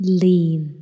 lean